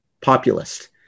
populist